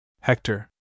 Hector